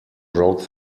broke